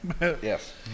Yes